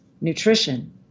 nutrition